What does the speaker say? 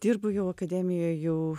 dirbu jau akademijoj jau